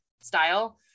style